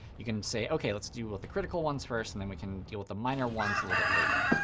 you can say, ok, let's deal with the critical ones first and then we can deal with the minor ones a little bit later.